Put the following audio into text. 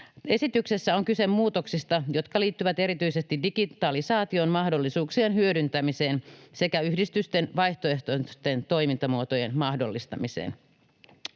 Esityksessä on kyse muutoksista, jotka liittyvät erityisesti digitalisaation mahdollisuuksien hyödyntämiseen sekä yhdistysten vaihtoehtoisten toimintamuotojen mahdollistamiseen.